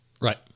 Right